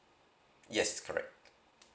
yes correct